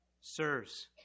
sirs